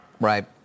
Right